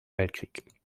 weltkrieg